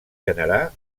generar